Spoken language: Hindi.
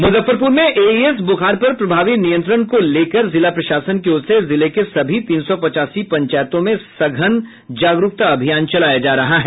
मुजफ्फरपुर में एईएस बुखार पर प्रभावी नियंत्रण को लेकर जिला प्रशासन की ओर से जिले के सभी तीन सौ पचासी पंचायतों में सघन जागरूकता अभियान चलाया जा रहा है